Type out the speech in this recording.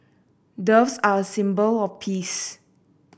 doves are a symbol of peace